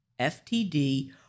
FTD